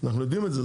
אנחנו יודעים את זה.